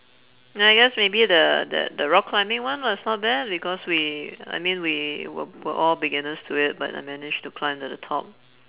I guess maybe the the the rock climbing one was not bad because we I mean we were we~ were all beginners to it but I managed to climb to the top